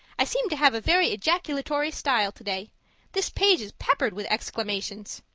i seem to have a very ejaculatory style today this page is peppered with exclamations.